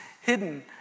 hidden